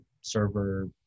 server